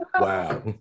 Wow